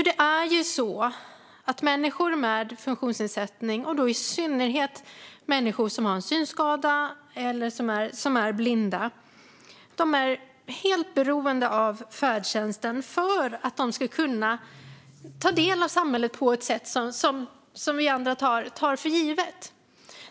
Det är ju så att människor med funktionsnedsättning och då i synnerhet människor som har en synskada eller som är blinda är helt beroende av färdtjänsten för att de ska kunna ta del av samhället på ett sätt som vi andra tar för givet.